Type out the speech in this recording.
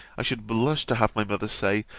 i should blush to have my mother say,